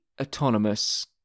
autonomous